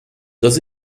does